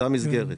זו המסגרת